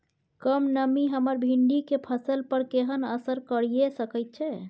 कम नमी हमर भिंडी के फसल पर केहन असर करिये सकेत छै?